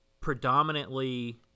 predominantly